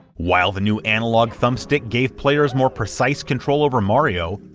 while the new analog thumbstick gave players more precise control over mario,